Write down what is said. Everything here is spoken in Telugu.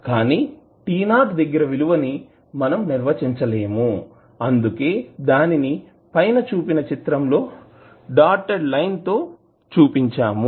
కానీ t 0 దగ్గర విలువ ని మనం నిర్వచించలేము అందుకే దానిని పైన చూపిన చిత్రం లో డాటెడ్ లైన్ తో చుపించాము